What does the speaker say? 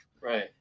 Right